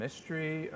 Mystery